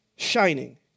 shining